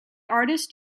artist